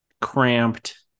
cramped